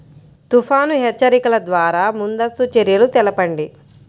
తుఫాను హెచ్చరికల ద్వార ముందస్తు చర్యలు తెలపండి?